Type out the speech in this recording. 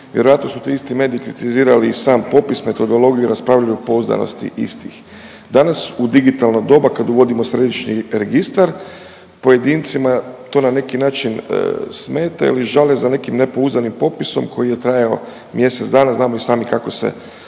Vjerojatno su ti isti mediji kritizirali i sam popis, metodologiju, raspravljali o pouzdanosti istih. Danas u digitalno doba kad uvodimo središnji registar pojedincima to na neki način smeta ili žale za nekim nepouzdanim popisom koji je trajao mjesec dana znamo i sami kako se